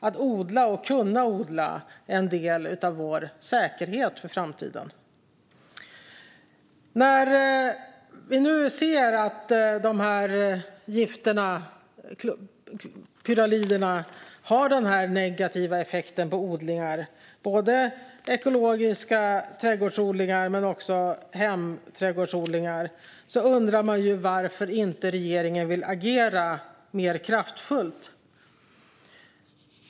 Att odla och kunna odla är en del av vår säkerhet för framtiden. När vi nu ser att pyraliderna har denna negativa effekt på odlingar, både ekologiska trädgårdsodlingar och hemträdgårdsodlingar, undrar man varför regeringen inte vill agera mer kraftfullt.